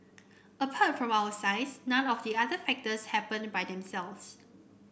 apart from our size none of the other factors happened by themselves